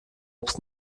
obst